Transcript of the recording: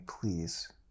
please